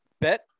bet